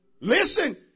listen